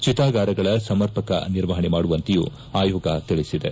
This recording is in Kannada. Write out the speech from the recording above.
ಚಿತಾಗಾರಗಳ ಸಮರ್ಪಕ ನಿರ್ವಹಣೆ ಮಾಡುವಂತೆಯೂ ಆಯೋಗ ತಿಳಿಸಿದೆ